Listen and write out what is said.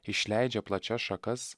išleidžia plačias šakas